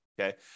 Okay